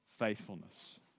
faithfulness